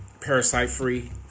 Parasite-free